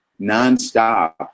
nonstop